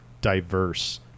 diverse